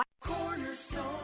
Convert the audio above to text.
cornerstone